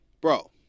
bro